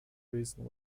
reason